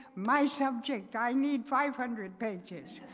my subject, i need five hundred pages.